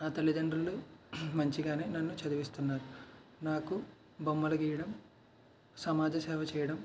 నా తల్లితండ్రులు మంచిగానే నన్ను చదివిస్తున్నారు నాకు బొమ్మలు గీయడం సమాజ సేవ చేయడం